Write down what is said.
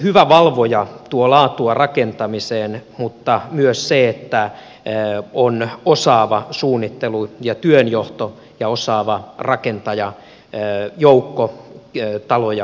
hyvä valvoja tuo laatua rakentamiseen mutta myös se että on osaava suunnittelu ja työnjohto ja osaava rakentajajoukko taloja tekemässä